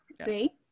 See